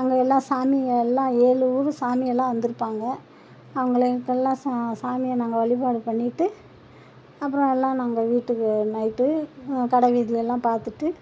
அங்கே எல்லாம் சாமியெல்லாம் ஏழு ஊர் சாமியெல்லாம் வந்திருப்பாங்க அவங்களுக்கெல்லாம் ச சாமியை நாங்கள் வழிபாடு பண்ணிவிட்டு அப்புறம் எல்லாம் நாங்கள் வீட்டுக்கு நைட்டு கடை வீதியெல்லாம் பார்த்துட்டு